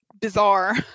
bizarre